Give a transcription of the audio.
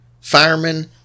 firemen